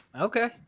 Okay